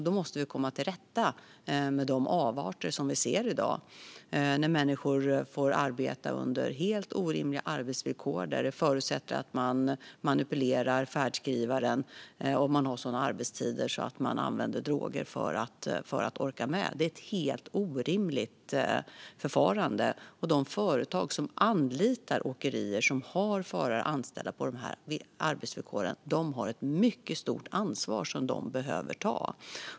Då måste vi komma till rätta med de avarter som vi ser i dag, när människor får arbeta under helt orimliga arbetsvillkor som förutsätter att de manipulerar färdskrivaren och när de har sådana arbetstider att de använder droger för att orka med. Detta är ett helt orimligt förfarande, och de företag som anlitar åkerier som har förare anställda på dessa arbetsvillkor har ett mycket stort ansvar som de behöver ta.